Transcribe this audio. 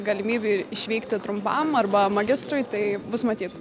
galimybių išvykti trumpam arba magistrui tai bus matyt